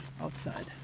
outside